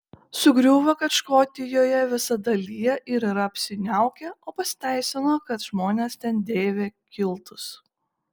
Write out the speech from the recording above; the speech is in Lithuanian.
sugriuvo kad škotijoje visada lyja ir yra apsiniaukę o pasiteisino kad žmonės ten dėvi kiltus